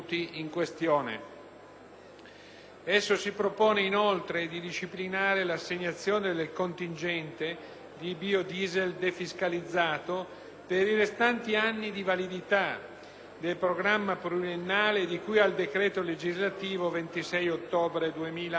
Esso si propone inoltre di disciplinare l'assegnazione del contingente di biodiesel defiscalizzato per i restanti anni di validità del programma pluriennale di cui al decreto legislativo 26 ottobre 1995,